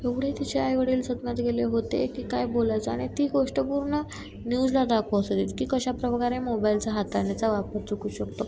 एवढी तिचे आई वडील सदम्यात गेले होते की काय बोलायचं आणि ती गोष्ट पूर्ण न्यूजला दाख की कशा प्रकारे मोबाईलचा हातानेचा वापर चुकू शकतो